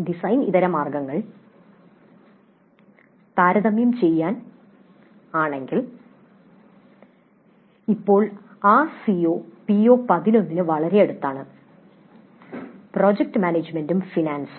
ഇതര ഡിസൈൻ മാർഗങ്ങൾ താരതമ്യം ചെയ്യാൻ ആണെങ്കിൽ അപ്പോൾ ഈ സിഒ പിഒ11 ന് വളരെ അടുത്താണ് പ്രോജക്ട് മാനേജ്മെന്റും ഫിനാൻസും